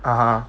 (uh huh)